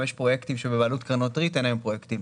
חמישה פרויקטים בבעלות קרנות ריט אין היום פרויקטים.